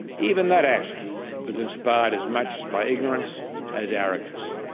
even that action was inspired as much by ignorance as arrogance.